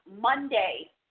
Monday